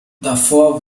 davor